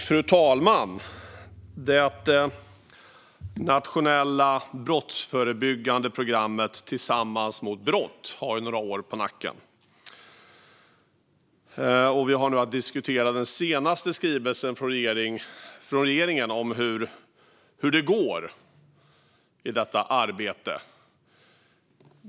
Fru talman! Det nationella brottsförebyggande programmet Tillsammans mot brott - ett nationellt brottsförebyggande program har några år på nacken. Vi har nu att diskutera den senaste skrivelsen från regeringen om hur det går i detta arbete.